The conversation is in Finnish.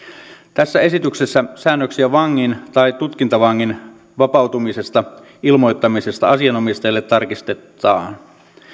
tässä esityksessä säännöksiä vangin tai tutkintavangin vapautumisesta ilmoittamisesta asianomistajalle tarkistetaan